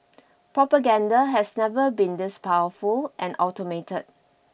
propaganda has never been this powerful and automated